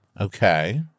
Okay